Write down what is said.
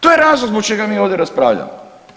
To je razlog zbog čega mi ovdje raspravljamo.